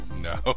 No